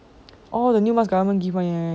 orh the new mask government give [one] ya ya